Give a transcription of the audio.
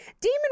Demon